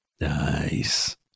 Nice